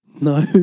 No